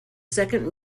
second